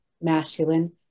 masculine